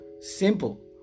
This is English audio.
simple